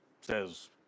says